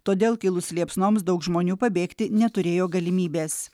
todėl kilus liepsnoms daug žmonių pabėgti neturėjo galimybės